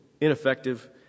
ineffective